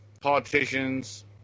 politicians